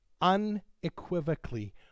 unequivocally